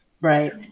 right